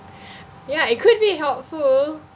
ya it could be helpful